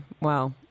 Wow